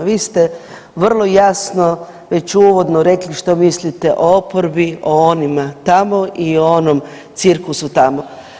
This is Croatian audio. Vi ste vrlo jasno već uvodno rekli što mislite o oporbi, o onima tamo i o onom cirkusu tamo.